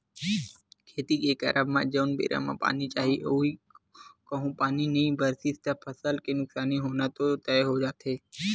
खेती के करब म जउन बेरा म पानी चाही अऊ कहूँ पानी नई बरसिस त फसल के नुकसानी होना तो तय हो जाथे